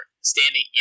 standing